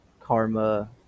karma